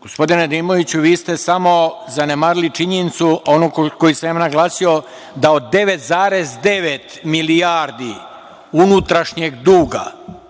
Gospodine Nedimoviću, vi ste samo zanemarili činjenicu koju sam ja naglasio, da od 9,9 milijardi unutrašnjeg duga